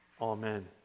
Amen